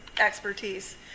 expertise